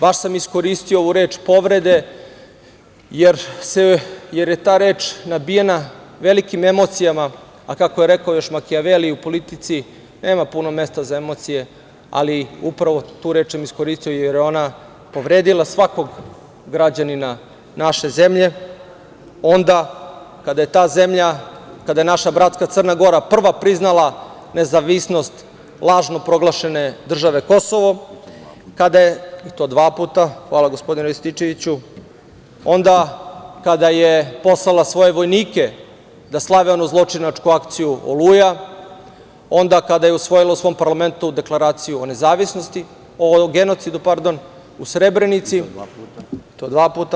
Baš sam iskoristio ovu reč – povrede, jer je ta reč nabijena velikim emocijama, a kako je rekao još Makijaveli – u politici nema puno mesta za emocije, ali upravo tu reč sam iskoristio jer je ona povredila svakog građanina naše zemlje onda kada je ta zemlja, kada je naša bratska Crna Gora prva priznala nezavisnost lažno proglašene države Kosovo, i to dva puta, hvala gospodine Rističeviću, onda kada je poslala svoje vojnike da slave onu zločinačku akciju „Oluja“, onda kada je usvojila u svom parlamentu deklaraciju o genocidu u Srebrenici i to dva puta.